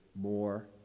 more